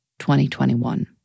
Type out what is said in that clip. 2021